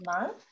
month